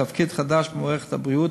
תפקיד חדש במערכת הבריאות,